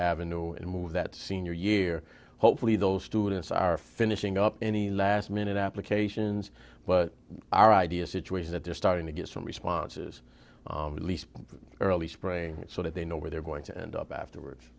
avenue and move that senior year hopefully those students are finishing up any last minute applications but our idea situation that they're starting to get some responses at least early spring so that they know where they're going to end up afterwards